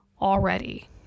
already